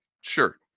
Sure